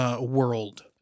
world